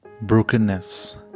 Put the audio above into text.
Brokenness